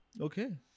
Okay